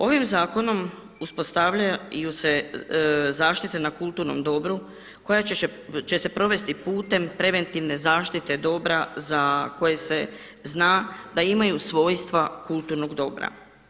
Ovim zakonom uspostavljaju se zaštite na kulturnom dobru koja će se provesti putem preventivne zaštite dobra za koje se zna da imaju svojstva kulturnog dobra.